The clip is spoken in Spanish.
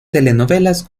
telenovelas